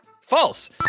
false